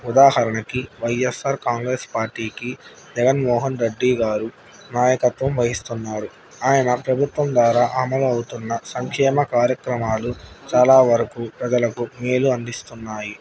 ఉదాహరణకి వైఎస్ఆర్ కాంగ్రెస్ పార్టీకి జగన్మోహన్ రడ్డి గారు నాయకత్వం వహిస్తున్నారు ఆయన ప్రభుత్వం ద్వారా అమలువుతున్న సంక్షేమ కార్యక్రమాలు చాలా వరకు ప్రజలకు మేలు అందిస్తున్నాయి